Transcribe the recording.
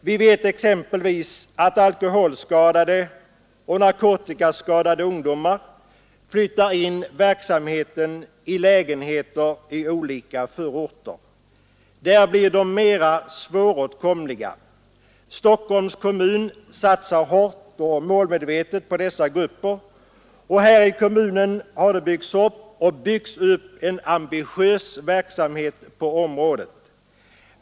Vi vet exempelvis att alkoholskadade och narkotikaska dade ungdomar flyttar in verksamheten i lägenheter i olika förorter. Där blir de mer svåråtkomliga. Stockholms kommun satsar hårt och målmedvetet på dessa grupper, och här i kommunen har byggts upp och byggs upp en ambitiös verksamhet på området.